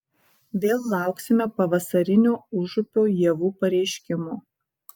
vėl lauksime pavasarinio užupio ievų pareiškimo